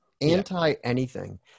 anti-anything